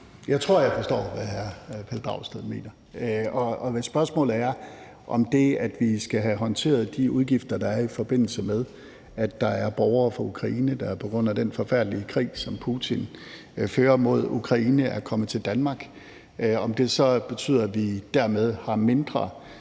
Jeg tror, at jeg forstår, hvad hr. Pelle Dragsted mener. Og hvis spørgsmålet er, om det, at vi skal have håndteret de udgifter, der er, i forbindelse med at der er borgere fra Ukraine, der på grund af den forfærdelige krig, som Putin fører mod Ukraine, er kommet til Danmark, betyder, at vi dermed har mindre